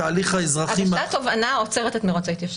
הגשת תובענה עוצרת את מרוץ ההתיישנות.